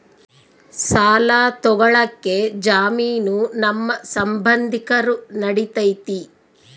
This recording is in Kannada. ಸಾಲ ತೊಗೋಳಕ್ಕೆ ಜಾಮೇನು ನಮ್ಮ ಸಂಬಂಧಿಕರು ನಡಿತೈತಿ?